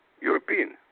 European